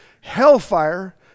Hellfire